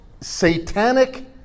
satanic